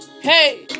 hey